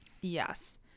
Yes